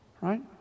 right